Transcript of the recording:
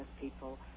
people